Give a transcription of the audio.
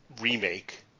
remake